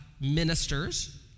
ministers